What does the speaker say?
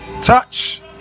touch